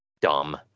Dumb